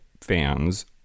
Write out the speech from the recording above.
fans